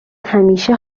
همیشه